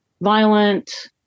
violent